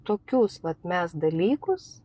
tokius vat mes dalykus